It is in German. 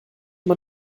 man